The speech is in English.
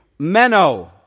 menno